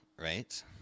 right